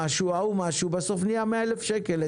בסוף נהיה 100,000 שקל.